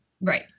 right